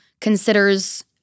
considers